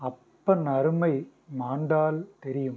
அப்பன் அருமை மாண்டால் தெரியும்